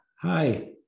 hi